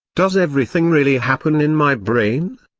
does everything really happen in my brain?